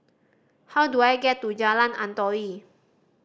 how do I get to Jalan Antoi